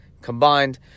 combined